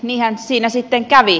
niinhän siinä sitten kävi